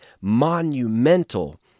monumental